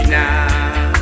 now